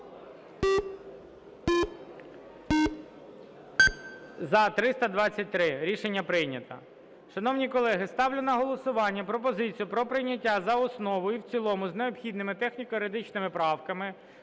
За-323 Рішення прийнято.